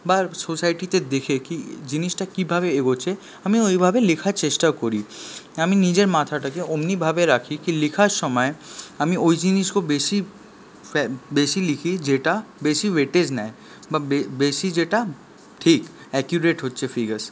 বা সোসাইটিতে দেখে কি জিনিসটা কিভাবে এগোচ্ছে আমি ওইভাবে লেখার চেষ্টা করি আমি নিজের মাথাটাকে অমনিভাবে রাখি কি লেখার সময় আমি ওই জিনিসও খুব বেশী বেশী লিখি যেটা বেশী ওয়েটেজ নেয় বা বেশী যেটা ঠিক অ্যাকিউরেট হচ্ছে ফিগার্স